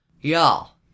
Y'all